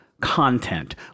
Content